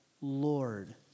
Lord